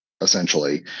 Essentially